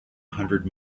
hundred